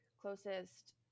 closest